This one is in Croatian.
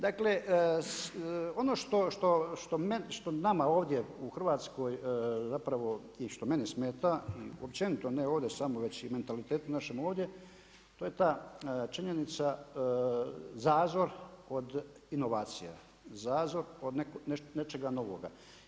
Dakle, ono što nama ovdje u Hrvatskoj zapravo i što meni smeta i općenito ne ovdje samo već i mentalitetu našem ovdje to je ta činjenica, zazor od inovacija, zazor od nečega novoga.